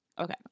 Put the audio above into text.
Okay